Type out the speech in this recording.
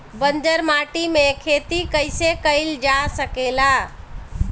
बंजर माटी में खेती कईसे कईल जा सकेला?